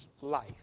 life